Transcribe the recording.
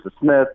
Smith